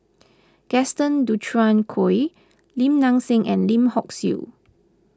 Gaston Dutronquoy Lim Nang Seng and Lim Hock Siew